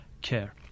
care